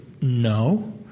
No